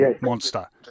monster